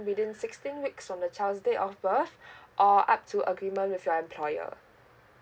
within sixteen weeks from the child's date of birth or up to agreement with your employer